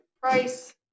price